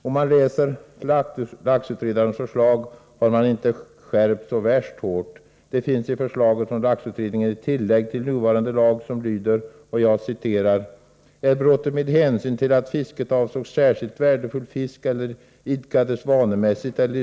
Om man läser laxutredarens förslag finner man att han inte föreslagit särskilt hårda skärpningar.